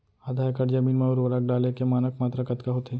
आधा एकड़ जमीन मा उर्वरक डाले के मानक मात्रा कतका होथे?